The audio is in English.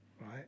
right